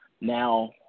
Now